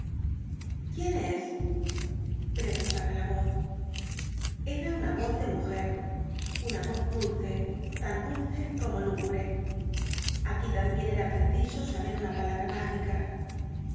quién es preguntaba la voz era una voz de mujer una voz dulce tan dulce como lúgubre aquí tambien era preciso saber una palabra mágica